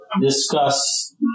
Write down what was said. Discuss